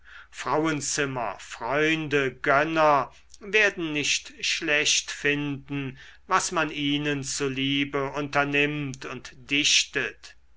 frauenzimmer freunde gönner werden nicht schlecht finden was man ihnen zu liebe unternimmt und dichtet